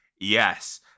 Yes